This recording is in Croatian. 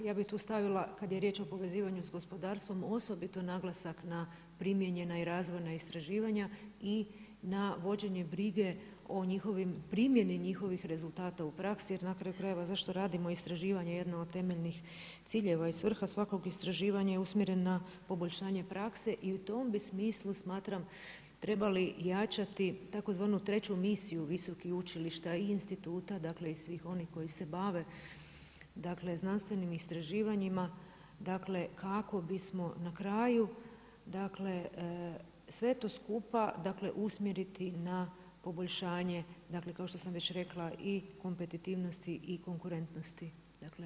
Ja bi tu stavila kad je riječ o povezivanju s gospodarstvo osobito naglasak na primijenjena i razvojna istraživanja i na vođenje brige o primjeni njihovih rezultata u praksi, jer na kraju krajeva, zašto radimo istraživanje jedno od temeljnih ciljeva i svrha je svakako istraživanje usmjereno na poboljšanje prakse i u tom bi smislu, smatram trebali jačati tzv. treću misiju visokih učilišta i instituta, dakle i svih onih koji se bave znanstvenim istraživanjima kako bismo na kraju sve to skupa usmjerili na poboljšanje, kao što sam već rekla i kompetitivnosti i konkurentnosti hrvatskog društva.